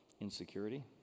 insecurity